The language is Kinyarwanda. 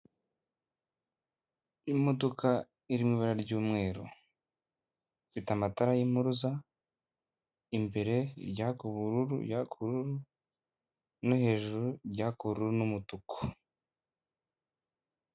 Imodoka iri mu ibara ry'umweru, ifite amatara y'impuruza, imbere iryaka ubururu iryaka ubururu no hejuru iryaka ubururu n'umutuku.